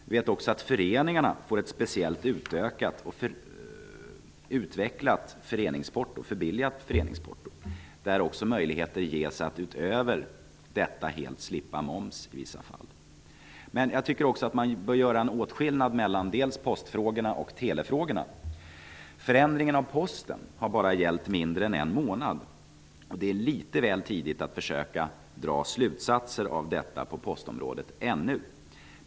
Vi vet också att föreningarna får ett utökat och förbilligat föreningsporto. Möjligheter att helt slippa moms ges också i vissa fall. Jag tycker att man bör göra en åtskillnad mellan postfrågorna och telefrågorna. Förändringen av Posten har gällt i mindre än en månad. Det är litet väl tidigt att försöka dra slutsatser av detta på postområdet ännu.